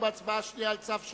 ובהצבעה שנייה על צו שני.